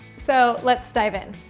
so let's dive in.